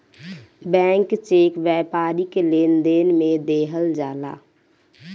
blank cheque व्यापारिक लेनदेन में देहल जाला